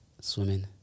Swimming